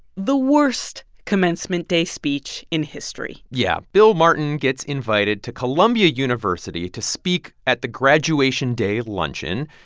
the worst commencement day speech in history yeah. bill martin gets invited to columbia university to speak at the graduation day luncheon.